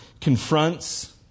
confronts